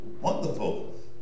wonderful